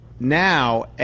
Now